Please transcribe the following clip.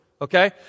okay